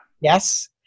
Yes